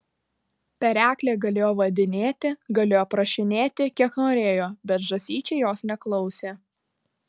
pereklė galėjo vadinėti galėjo prašinėti kiek norėjo bet žąsyčiai jos neklausė